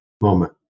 moment